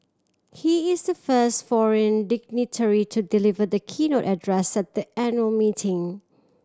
he is the first foreign dignitary to deliver the keynote address at the annual meeting